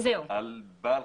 על מנת לבדוק: